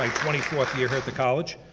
like twenty fourth year here at the college.